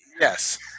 yes